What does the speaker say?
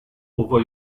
over